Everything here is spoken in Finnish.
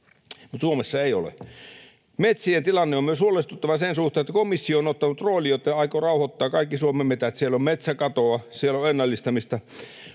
Mutta Suomessa ei ole. Metsien tilanne on huolestuttava myös sen suhteen, että komissio on ottanut roolin, että se aikoo rauhoittaa kaikki Suomen metsät. Siellä on metsäkatoa, siellä on ennallistamista.